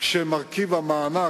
שמרכיב המענק,